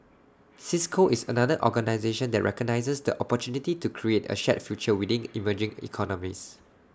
cisco is another organisation that recognises the opportunity to create A shared future within emerging economies